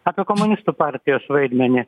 apie komunistų partijos vaidmenį